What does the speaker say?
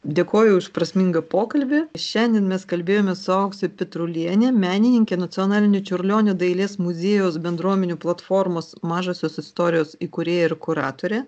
dėkoju už prasmingą pokalbį šiandien mes kalbėjomės su aukse petruliene menininke nacionalinio čiurlionio dailės muziejaus bendruomenių platformos mažosios istorijos įkūrėja ir kuratore